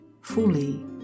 fully